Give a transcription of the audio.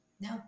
No